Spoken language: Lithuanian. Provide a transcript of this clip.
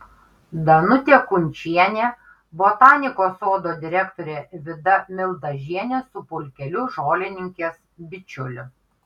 danutė kunčienė botanikos sodo direktorė vida mildažienė su pulkeliu žolininkės bičiulių